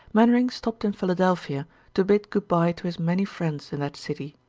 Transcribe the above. mainwaring stopped in philadelphia to bid good-by to his many friends in that city.